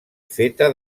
feta